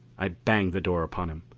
i banged the door upon him.